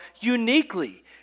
uniquely